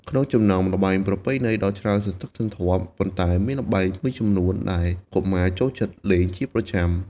ក្នុងចំណោមល្បែងប្រពៃណីដ៏ច្រើនសន្ធឹកសន្ធាប់ ប៉ុន្តែមានល្បែងមួយចំនួនដែលកុមារចូលចិត្តលេងជាប្រចាំ។